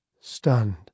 stunned